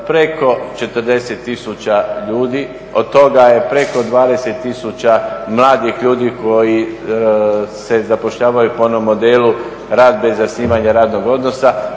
preko 40 000 ljudi, od toga je preko 20 000 mladih ljudi koji se zapošljavaju po onom modelu rad bez zasnivanja radnog odnosa.